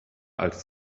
als